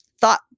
thought